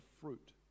fruit